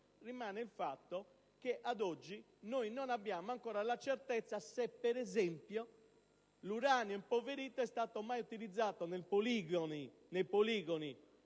Rimane il fatto che, ad oggi, non abbiamo ancora la certezza se, per esempio, l'uranio impoverito è stato mai utilizzato nei poligoni